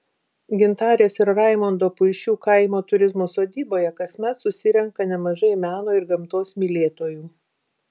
gintarės ir raimondo puišių kaimo turizmo sodyboje kasmet susirenka nemažai meno ir gamtos mylėtojų